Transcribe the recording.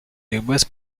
numerous